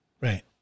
Right